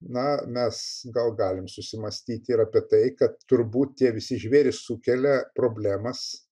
na mes gal galim susimąstyti ir apie tai kad turbūt tie visi žvėrys sukelia problemas